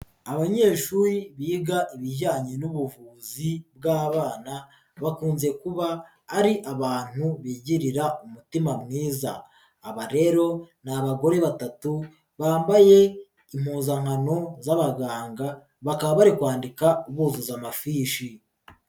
Abanyeshuri biga ibijyanye n'ubuvuzi bw'abana bakunze kuba ari abantu bigirira umutima mwiza, aba rero ni abagore batatu bambaye impuzankano z'abaganga, bakaba bari kwandika buzuza amafishi.